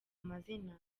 amazina